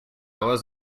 was